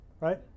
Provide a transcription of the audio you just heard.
right